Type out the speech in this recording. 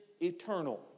eternal